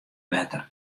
wetter